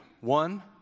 one